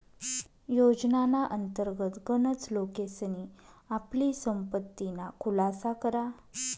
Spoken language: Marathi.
योजनाना अंतर्गत गनच लोकेसनी आपली संपत्तीना खुलासा करा